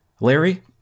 Larry